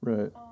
Right